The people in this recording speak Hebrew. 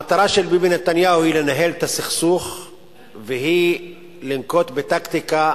המטרה של ביבי נתניהו היא לנהל את הסכסוך והיא לנקוט טקטיקה